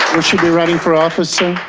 will she be running for office soon?